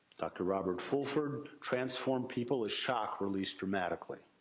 dr. robert fulford transformed people, as shock released, dramatically.